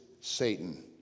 Satan